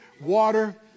water